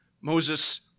Moses